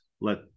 let